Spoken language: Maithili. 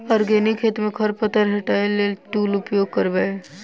आर्गेनिक खेती मे खरपतवार हटाबै लेल केँ टूल उपयोग करबै?